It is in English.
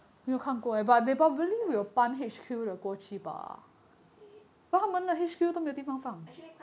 is it